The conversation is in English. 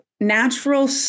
natural